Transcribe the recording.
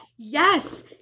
yes